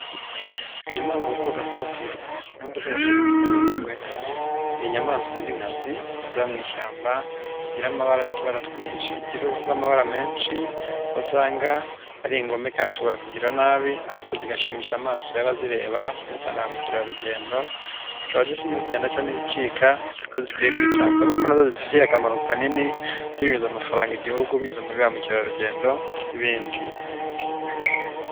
Inyamaswa zo ku gasozi, inyamaswa zo ku gasozi ink'intare n'ingwe, ni inyamaswa z'inkazi ziba mu ishyamba, zigira amaba y'utubara twinshi, zigira uruhu rw'amabara menshi, aho usanga ari ingome kandi zishobora kukugirira nabi ariko zigashimisha amaso y'abazireba cyane ba mukerarugendo, zikaba zirimo zigenda n'izicika ariko zikwiye kwitabwaho kuko nazo zifitiye akamaro kanini zinjiza amafaranga igihugu binyuze muri ba mukerarugendo n'ibindi.